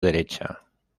derecha